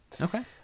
Okay